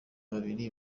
babiri